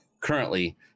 currently